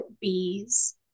bees